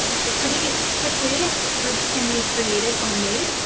um so pretty quickly groups can be created or made.